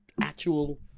actual